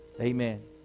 Amen